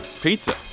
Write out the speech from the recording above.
Pizza